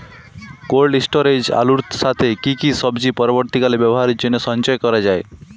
Cold স্টোরেজে আলুর সাথে কি কি সবজি পরবর্তীকালে ব্যবহারের জন্য সঞ্চয় করা যায়?